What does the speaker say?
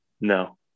No